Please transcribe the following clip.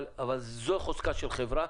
אבל זו חוזקה של חברה.